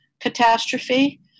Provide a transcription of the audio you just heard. catastrophe